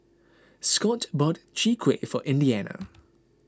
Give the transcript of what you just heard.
Scot bought Chwee Kueh for Indiana